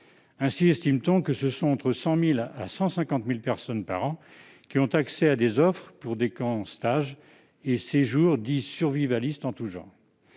Ainsi estime-t-on que ce sont entre 100 000 et 150 000 personnes par an qui ont accès à des offres de participation à des camps, stages et séjours dits « survivalistes » en tout genre.